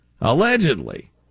Allegedly